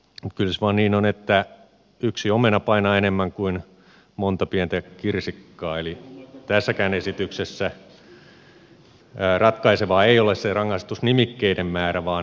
kyllä se vain niin on että yksi omena painaa enemmän kuin monta pientä kirsikkaa eli tässäkään esityksessä ratkaisevaa ei ole se rangaistusnimikkeiden määrä vaan niiden laatu